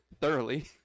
thoroughly